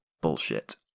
bullshit